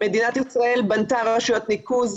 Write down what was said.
מדינת ישראל בנתה רשויות ניקוז.